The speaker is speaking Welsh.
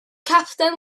capten